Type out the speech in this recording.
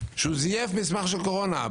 שזייף מסמך של קורונה?